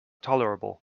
tolerable